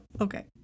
Okay